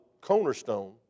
cornerstone